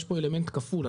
יש פה אלמנט כפול,